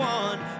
one